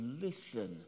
listen